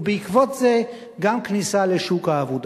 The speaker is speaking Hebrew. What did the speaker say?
ובעקבות זאת גם כניסה לשוק העבודה.